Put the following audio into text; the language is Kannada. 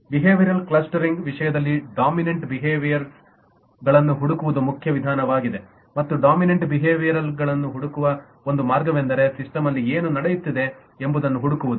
ಬಿಹೇವ್ಯರಲ್ ಕ್ಲಸ್ಟರಿಂಗ್ ವಿಷಯದಲ್ಲಿ ಡೋಮಿನಂಟ್ ಬಿಹೇವ್ಯರಲ್ ಗಳನ್ನು ಹುಡುಕುವುದು ಮುಖ್ಯ ವಿಧಾನವಾಗಿದೆ ಮತ್ತು ಡೋಮಿನಂಟ್ ಬಿಹೇವ್ಯರಲ್ಯನ್ನು ಹುಡುಕುವ ಒಂದು ಮಾರ್ಗವೆಂದರೆ ಸಿಸ್ಟಮಲ್ಲಿ ಏನು ನಡೆಯುತ್ತದೆ ಎಂಬುದನ್ನು ಹುಡುಕುವುದು